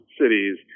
cities